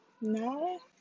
no